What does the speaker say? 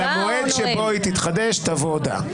על המועד שבו היא תתחדש תבוא הודעה.